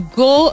go